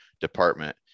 department